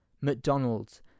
McDonald's